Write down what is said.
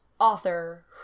author